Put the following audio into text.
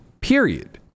period